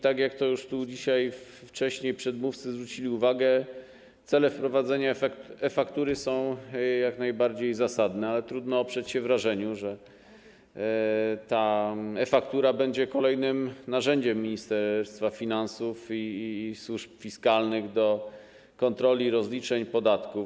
Tak jak już tu dzisiaj wcześniej przedmówcy zwrócili uwagę, cele wprowadzenia e-faktur są jak najbardziej zasadne, ale trudno oprzeć się wrażeniu, że e-faktury będą kolejnym narzędziem Ministerstwa Finansów i służb fiskalnych do kontroli i rozliczeń podatków.